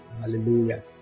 hallelujah